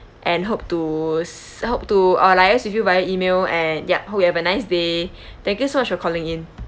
and hope to s~ hope to uh liaise with you via email and ya hope you have a nice day thank you so much for calling in